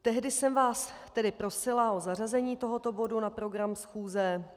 Tehdy jsem vás tedy prosila o zařazení tohoto bodu na program schůze.